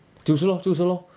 就是 lor 就是 lor